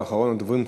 ואחרון הדוברים,